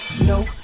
No